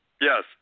Yes